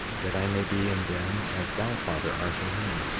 that i may be in them as thou, father, art in me,